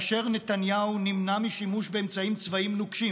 כאשר נתניהו נמנע משימוש באמצעים צבאיים נוקשים